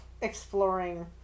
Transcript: exploring